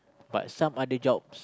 but some other jobs